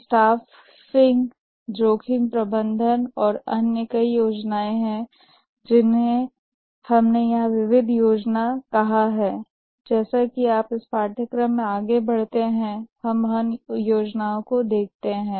staffing जोखिम प्रबंधन और कई अन्य योजनाएं हैं जिन्हें हमने यहां विविध योजना कहा है जैसा कि आप इस पाठ्यक्रम में आगे बढ़ते हैं हम अन्य योजनाओं को देखते हैं